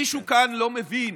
מישהו כאן לא מבין